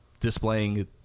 Displaying